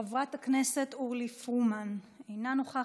חברת הכנסת אורלי פרומן, אינה נוכחת,